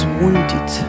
wounded